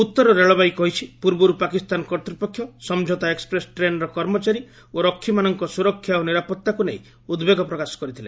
ଉତ୍ତର ରେଳବାଇ କହିଛି ପୂର୍ବରୁ ପାକିସ୍ତାନ କର୍ତ୍ତ୍ୱପକ୍ଷ ସମଝୋତା ଏକ୍ପ୍ରେସ୍ ଟ୍ରେନ୍ର କର୍ମଚାରୀ ଓ ରକ୍ଷୀମାନଙ୍କ ସୁରକ୍ଷା ଓ ନିରାପତ୍ତାକୁ ନେଇ ଉଦ୍ବେଗ ପ୍ରକାଶ କରିଥିଲେ